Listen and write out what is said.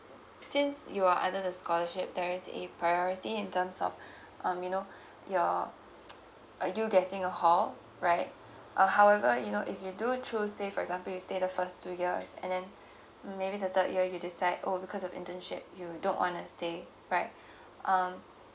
since you are under the scholarship there is a priority in terms of um you know your uh you getting a hall right uh however you know if you do choose say for example you stay the first two years and then maybe the third year you decide oh because of internship you don't wanna stay right um